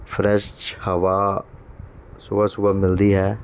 fresh ਹਵਾ ਸੁਬਹਾ ਸੁਬਹਾ ਮਿਲਦੀ ਹੈ